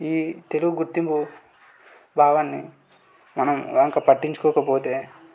ఈ తెలుగు గుర్తింపు భావాన్ని మనం కాక పట్టించుకోకపోతే